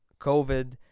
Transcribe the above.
COVID